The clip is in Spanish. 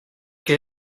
que